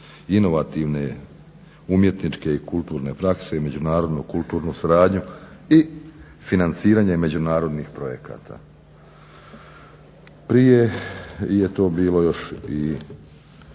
inovativne umjetničke i kulturne prakse i međunarodno kulturnu suradnju i financiranje međunarodnih projekata. Prije je to bilo još